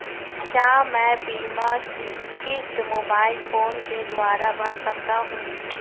क्या मैं बीमा की किश्त मोबाइल फोन के द्वारा भर सकता हूं?